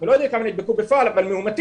אנחנו לא יודעים כמה נדבקו בפועל, אבל מאומתים.